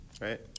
right